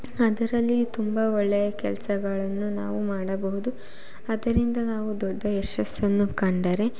ಅದರಲ್ಲಿಯು ತುಂಬ ಒಳ್ಳೆಯ ಕೆಲಸಗಳನ್ನು ನಾವು ಮಾಡಬಹುದು ಅದರಿಂದ ನಾವು ದೊಡ್ಡ ಯಶಸ್ಸನ್ನು ಕಂಡರೆ